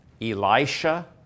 Elisha